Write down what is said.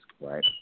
Right